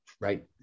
Right